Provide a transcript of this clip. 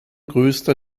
größter